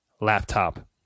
laptop